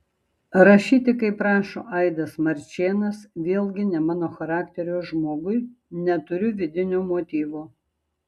rašyti kaip rašo aidas marčėnas vėlgi ne mano charakterio žmogui neturiu vidinio motyvo